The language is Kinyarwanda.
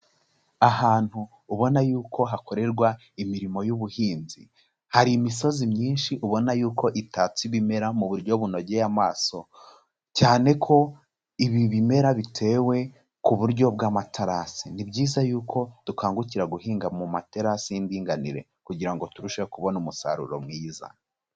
Ahantu ubona yuko hakorerwa imirimo y'ubuhinzi, hari imisozi myinshi ubona yuko itatse ibimera mu buryo bunogeye amaso, cyane ko ibi bimera bitewe ku buryo bw'amatarasi, ni byiza yuko dukangukira guhinga mu materasi y'indinganire kugira ngo turusheho kubona umusaruro mwiza.